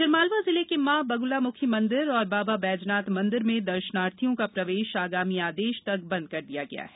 आगरमालवा जिले के मां बगलामुखी मंदिर और बाबा बैवजनाथ मंदिर में दर्शनार्थियों का प्रवेश आगामी आदेश तक बंद कर दिया गया है